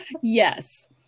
Yes